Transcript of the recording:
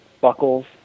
buckles